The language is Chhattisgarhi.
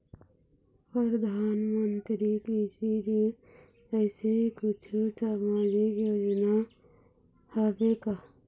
परधानमंतरी कृषि ऋण ऐसे कुछू सामाजिक योजना हावे का?